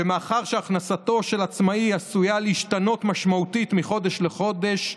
ומאחר שהכנסתו של עצמאי עשויה להשתנות משמעותית מחודש לחודש,